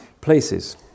places